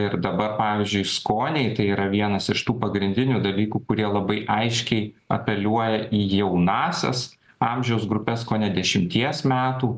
ir dabar pavyzdžiui skoniai tai yra vienas iš tų pagrindinių dalykų kurie labai aiškiai apeliuoja į jaunąsias amžiaus grupes kone dešimties metų